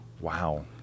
Wow